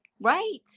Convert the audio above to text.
right